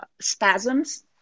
spasms